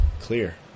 clear